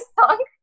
song